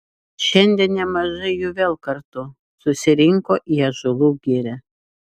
šiandien nemažai jų vėl kartu susirinko į ąžuolų girią